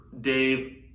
Dave